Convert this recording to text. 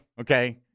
Okay